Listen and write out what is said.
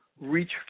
reach